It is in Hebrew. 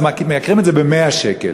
אז מייקרים את זה ב-100 שקל,